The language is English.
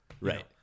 Right